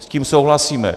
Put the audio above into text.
S tím souhlasíme.